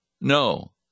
No